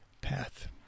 path